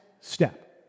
step